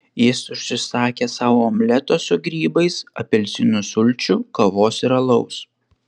jis užsisakė sau omleto su grybais apelsinų sulčių kavos ir alaus